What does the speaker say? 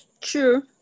True